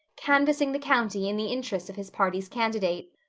canvassing the county in the interests of his party's candidate.